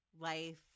life